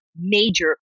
major